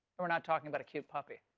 not talking about a cute puppy.